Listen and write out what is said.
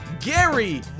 Gary